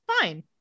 fine